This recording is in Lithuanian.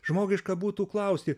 žmogiška būtų klausti